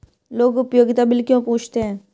लोग उपयोगिता बिल क्यों पूछते हैं?